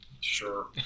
sure